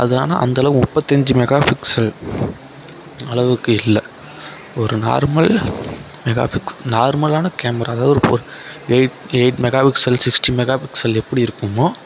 அது ஆனால் அந்த அளவுக்கு முப்பத்தஞ்சு மெகா பிக்சல் அளவுக்கு இல்லை ஒரு நார்மல் மெகா நார்மலான கேமரா அதாவது ஒரு eight eight megapixel sixty megapixel எப்படி இருக்குமோ